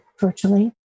virtually